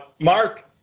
Mark